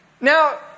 Now